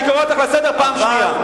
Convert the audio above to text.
אני קורא אותך לסדר פעם שנייה.